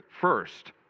First